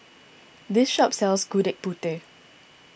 this shop sells Gudeg Putih